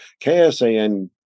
KSAN